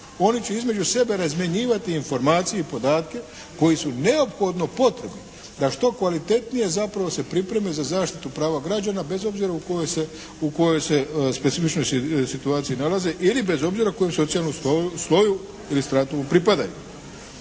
oni će između sebe razmjenjivati informacije i podatke koji su neophodno potrebni da što kvalitetnije zapravo se pripreme za zaštitu prava građana bez obzira u kojoj se specifičnoj situaciji nalaze ili bez obzira koju socijalnom sloju ili … pripadaju.